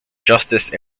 justice